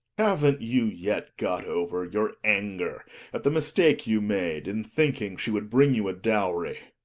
haven't you yet got over your anger at the mistake you made in thinking she would bring you a dowry?